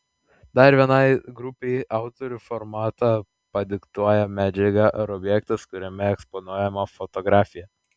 dar vienai grupei autorių formatą padiktuoja medžiaga ar objektas kuriame eksponuojama fotografija